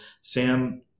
Sam